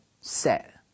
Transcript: set